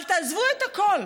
אבל תעזבו את הכול.